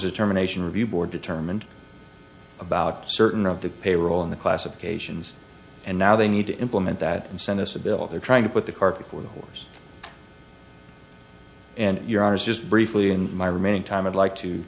are terminations review board determined about certain of the pay roll in the classifications and now they need to implement that and send us a bill they're trying to put the cart before the horse and you're ours just briefly in my remaining time i'd like to